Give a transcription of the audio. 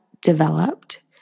developed